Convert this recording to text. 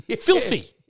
Filthy